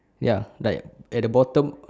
ya like at the bottom